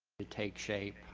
to take shape.